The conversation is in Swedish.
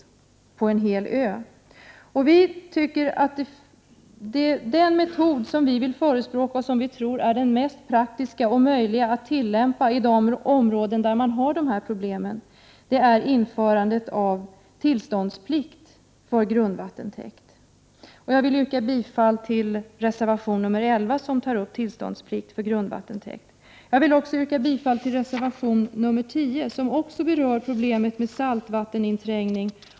Den metod som vi förespråkar — vi tror att detta i praktiken är den bästa metoden och att det över huvud taget är den enda metod som är möjlig att tillämpa i de områden där problem av nämnda slag finns — är införandet av tillståndsplikt för grundvattentäkt. Jag yrkar bifall till reservation 11, där frågan om tillståndsplikt för grundvattentäkt tas upp. Jag yrkar också bifall till reservation 10, som även denna handlar om problemet med saltvatteninträngning.